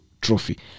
trophy